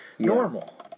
Normal